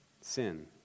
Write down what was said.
Sin